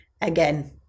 again